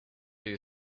you